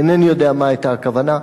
אינני יודע מה היתה הכוונה,